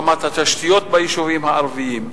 רמת התשתיות ביישובים הערביים.